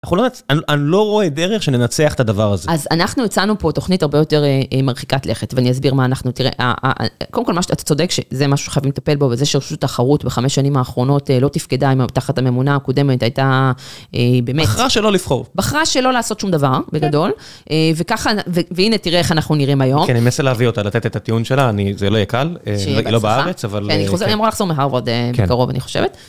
אני לא רואה דרך שננצח את הדבר הזה. אז אנחנו הצענו פה תוכנית הרבה יותר מרחיקת לכת, ואני אסביר מה אנחנו, תראה, קודם כל מה שאתה, אתה צודק, שזה משהו שאנחנו חייבים לטפל בו, וזה שרשות התחרות בחמש שנים האחרונות לא תפקדה תחת הממונה הקודמת, הייתה באמת... בחרה שלא לבחור. בחרה שלא לעשות שום דבר, בגדול, וככה, והנה תראה איך אנחנו נראים היום. כן, אני מנסה להביא אותה, לתת את הטיעון שלה, זה לא יהיה קל, שיהיה בהצלחה, היא לא בארץ, אבל... היא חוזרת, היא אמורה לחזור מהרווארד בקרוב אני חושבת.